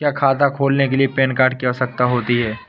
क्या खाता खोलने के लिए पैन कार्ड की आवश्यकता होती है?